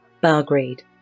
Belgrade